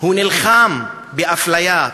הוא נלחם באפליה,